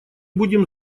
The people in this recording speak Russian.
будем